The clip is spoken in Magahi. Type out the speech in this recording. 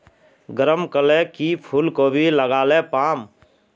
गरम कले की फूलकोबी लगाले पाम?